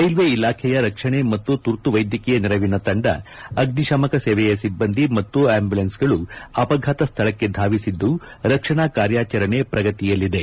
railway ಇಲಾಖೆಯ ರಕ್ಷಣೆ ಮತ್ತು ತುರ್ತುವೈದ್ಯಕೀಯ ನೆರವಿನ ತಂಡ ಅಗ್ನಿಶಾಮಕ ಸೇವೆಯ ಸಿಬ್ಬಂದಿ ಮತ್ತು ಆಂಬುಲೆನ್ಸ್ಗಳು ಅಪಘಾತ ಸ್ಥಳಕ್ಕೆ ಧಾವಿಸಿದ್ದು ರಕ್ಷಣಾ ಕಾರ್ಯಾಚರಣೆ ಪ್ರಗತಿಯಲ್ಲಿದೆ